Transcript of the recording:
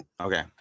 Okay